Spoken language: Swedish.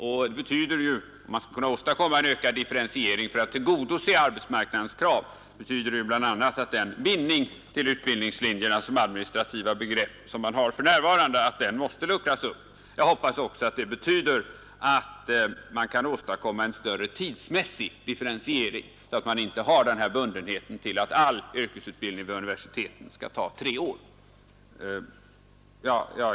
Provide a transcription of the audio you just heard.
Om man skall kunna åstadkomma en ökad differentiering för att tillgodose arbetsmarknadens krav, betyder det bl.a. att den nuvarande bindningen till utbildningslinjerna som administrativa begrepp måste luckras upp. Jag vill uttrycka den förhoppningen att det också betyder att man kan åstadkomma en större tidsmässig differentiering, så att man inte har den här bundenheten till att all yrkesutbildning vid universiteten skall ta tre år.